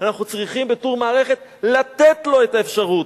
אנחנו צריכים בתור מערכת לתת לו את האפשרות.